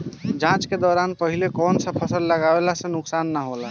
जाँच के दौरान पहिले कौन से फसल लगावे से नुकसान न होला?